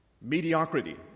mediocrity